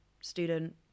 student